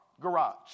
garage